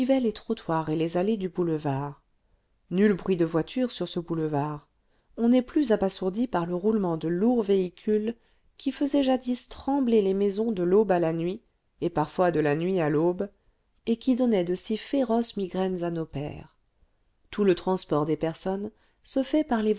les trottoirs et les allées du boulevard nul bruit de voiture sur ce boulevard on n'est plus assourdi par le roulement de lourds véhicules qui faisait jadis trembler les maisons de l'aube à la nuit et parfois de la nuit à l'aube et qui donnait de si féroces le vingtième siècle migraines à nos pères tout le transport des personnes se fait par les